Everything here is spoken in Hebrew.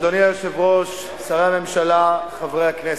אדוני היושב-ראש, שרי הממשלה, חברי הכנסת,